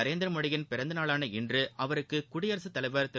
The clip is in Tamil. நரேந்திரமோடியின் பிறந்த நாளான இன்று அவருக்கு குடியரசுத்தலைவா் திரு